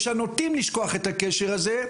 יש הנוטים לשכוח את הקשר הזה.